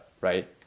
right